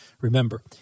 Remember